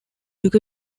took